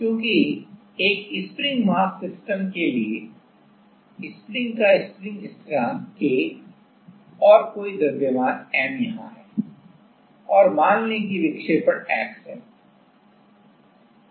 क्योंकि एक spring mass system के लिए स्प्रिंग का स्प्रिंग स्थिरांक K और कोई द्रव्यमान m यहां है और मान लें कि विक्षेपण x है